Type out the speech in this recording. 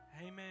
Amen